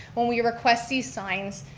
when we request these signs,